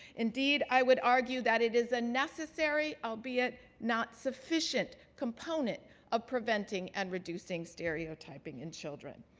indeed, i would argue that it is a necessary, albeit not sufficient, component of preventing and reducing stereotyping in children.